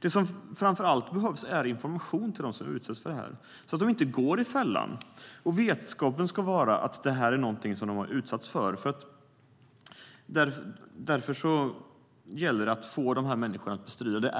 Det som framför allt behövs är information till dem som utsätts för det här, så att de inte går i fällan. Vetskapen ska vara att det här är någonting som de har utsatts för. Därför gäller det att få de här människorna att bestrida fakturorna.